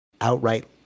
outright